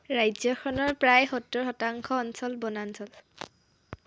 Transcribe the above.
ৰাজ্যখনৰ প্ৰায় সত্তৰ শতাংশ অঞ্চল বনাঞ্চল